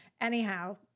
Anyhow